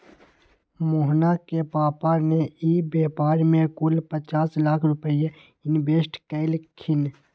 मोहना के पापा ने ई व्यापार में कुल पचास लाख रुपईया इन्वेस्ट कइल खिन